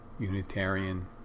Unitarian